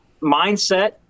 Mindset